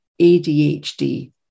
ADHD